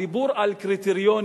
הדיבור על קריטריונים,